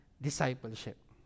discipleship